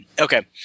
Okay